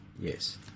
Yes